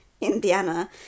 Indiana